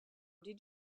did